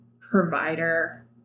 provider